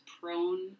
prone